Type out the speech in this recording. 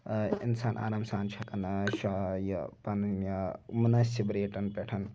اِنسان آرام سان چھُ ہیٚکان یہِ پَنٕنۍ مُنٲسِب ریٹَن پٮ۪ٹھ